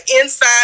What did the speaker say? inside